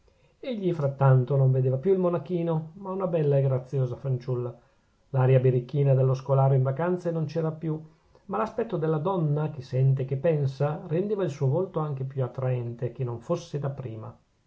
egli frattanto non vedeva più il monachino ma una bella e graziosa fanciulla l'aria birichina dello scolaro in vacanze non c'era più ma l'aspetto della donna che sente e che pensa rendeva il suo volto anche più attraente che non fosse da prima